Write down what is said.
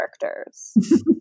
characters